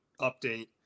update